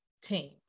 team